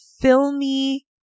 filmy